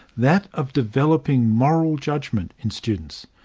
that of developing moral judgment in students.